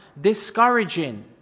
discouraging